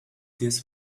this